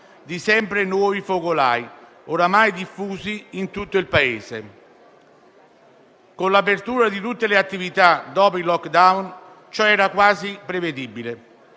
di sempre nuovi focolai, oramai diffusi in tutto il Paese. Con l'apertura di tutte le attività dopo il *lockdown* ciò era quasi prevedibile.